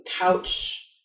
couch